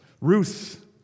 Ruth